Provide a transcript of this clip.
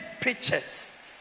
pictures